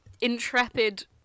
intrepid